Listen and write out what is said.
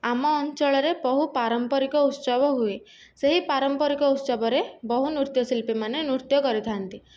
ଆମ ଅଞ୍ଚଳରେ ବହୁ ପାରମ୍ପାରିକ ଉତ୍ସବ ହୁଏ ସେହି ପାରମ୍ପାରିକ ଉତ୍ସବରେ ବହୁ ନୃତ୍ୟଶିଳ୍ପୀ ମାନେ ନୃତ୍ୟ କରିଥାନ୍ତି